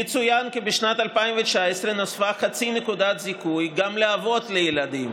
יצוין כי בשנת 2019 נוספה חצי נקודת זיכוי גם לאבות לילדים